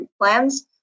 plans